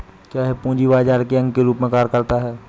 क्या यह पूंजी बाजार के अंग के रूप में कार्य करता है?